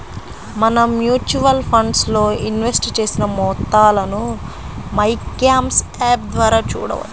మనం mutual funds లో invest చేసిన మొత్తాలను మైక్యామ్స్ యాప్ ద్వారా చూడవచ్చు